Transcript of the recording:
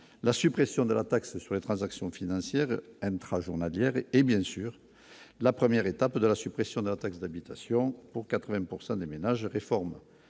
la suppression de la taxe sur les transactions financières intra-journalières et bien sûr la 1ère étape de la suppression de la taxe d'habitation pour 80 pourcent des des ménages réforme